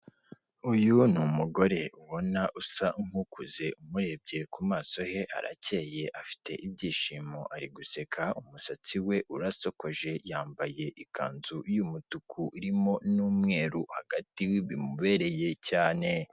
Uyu ni umugore ubona usa nk'ukuze umurebye ku maso he arakeye afite ibyishimo ari guseka, umusatsi we urasokoje, yambaye ikanzu y'umutuku irimo n'umweru hagati bimubereye cyane.